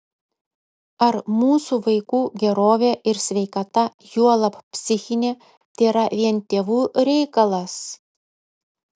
ar mūsų vaikų gerovė ir sveikata juolab psichinė tėra vien tėvų reikalas